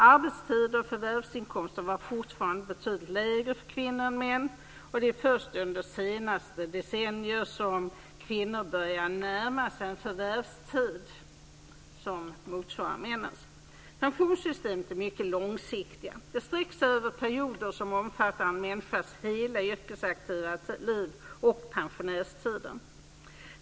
Arbetstid och förvärvsinkomster var fortfarande betydligt lägre för kvinnor än för män. Det är först under det senaste decenniet som kvinnor börjar närma sig en förvärvstid som motsvarar männens. Pensionssystem är mycket långsiktiga. De sträcker sig över perioder som omfattar en människas hela yrkesverksamma liv och pensionärstid.